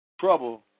Trouble